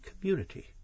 community